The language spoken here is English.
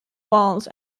walls